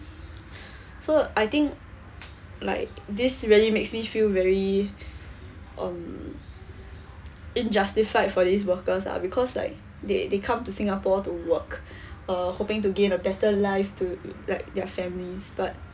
so I think like this really makes me feel very um injustified for these workers ah because like they they come to singapore to work uh hoping to gain a better life to like their families but